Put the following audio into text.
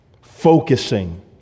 Focusing